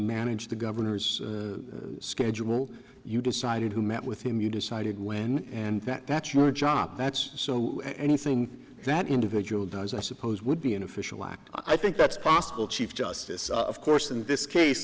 manage the governor's schedule you decided who met with him you decided when and that that's your job that's so anything that individual does i suppose would be an official act i think that's possible chief justice of course in this case